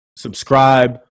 Subscribe